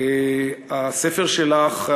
הספר שלך,